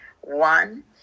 One